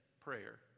prayer